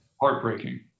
Heartbreaking